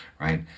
Right